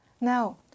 Now